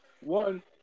one